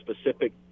specific